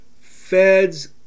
Feds